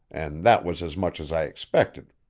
and that was as much as i expected.